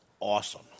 Awesome